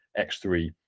X3